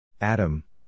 Adam